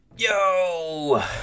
Yo